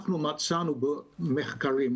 אנחנו מצאנו במחקרים,